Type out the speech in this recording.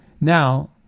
Now